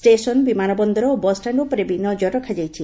station ବିମାନ ବନର ଓ ବସ୍ଷାଣ୍ଡ ଉପରେ ବି ନଜର ରଖାଯାଇଛି